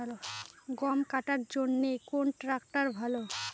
গম কাটার জন্যে কোন ট্র্যাক্টর ভালো?